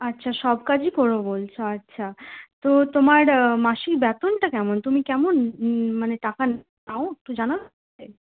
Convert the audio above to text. আচ্ছা সব কাজই করো বলছো আচ্ছা তো তোমার মাসিক বেতনটা কেমন তুমি কেমন মানে টাকা নাও একটু জানাবে